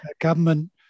government